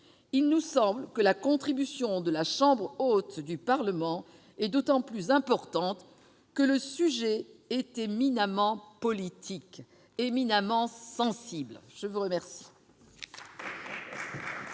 Il nous semble que la contribution de la chambre haute du Parlement est d'autant plus importante que le sujet est éminemment politique et sensible ! La parole